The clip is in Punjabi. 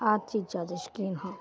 ਆਹ ਚੀਜ਼ਾਂ ਦੇ ਸ਼ੌਕੀਨ ਹਾਂ